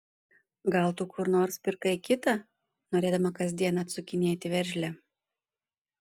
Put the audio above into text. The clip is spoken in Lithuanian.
gal tu kur nors pirkai kitą norėdama kasdien atsukinėti veržlę